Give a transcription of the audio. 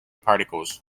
particles